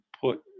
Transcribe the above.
put